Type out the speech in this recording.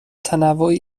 تنوعی